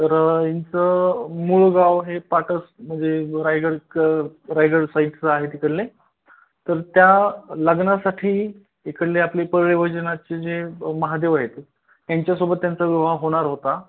तर याचं मुळगाव हे पाटस म्हणजे रायगड क रायगड साईटचं आहे तिकडले तर त्या लग्नासाठी इकडले आपले पवळेवोजनाची जे महादेव आहेत त्यांच्यासोबत त्यांचा विवाह होणार होता